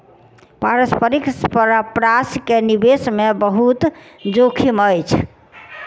पारस्परिक प्राशि के निवेश मे बहुत जोखिम अछि